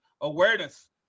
awareness